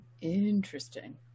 interesting